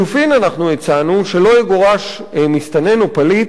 אנחנו הצענו שלא יגורש מסתנן או פליט למקום